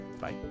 Bye